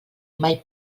mai